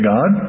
God